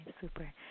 super